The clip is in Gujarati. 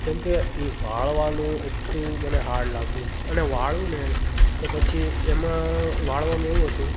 કેમ કે એ વાળવાનું એટલું મને હાર્ડ લાગતું અને વાળું ને તો પછી એમાં વાળવામાં એવું હતું